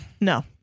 No